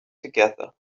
together